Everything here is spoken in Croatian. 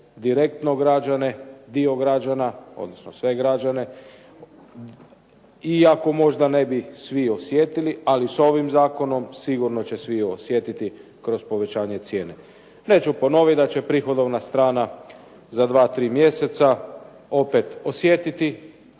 direktno građane, dio građana, odnosno sve građane iako možda ne bi svi osjetili, ali s ovim zakonom, sigurno će svi osjetiti kroz povećanje cijene. Neću ponoviti da će prihodovna strana za 2, 3 mjeseca opet osjetiti